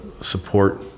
support